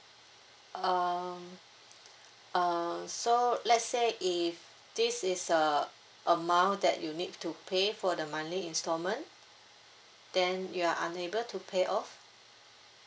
um um so let's say if this is a amount that you need to pay for the monthly installment then you're unable to pay off